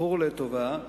זכור לטובה.